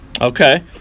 Okay